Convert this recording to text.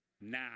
now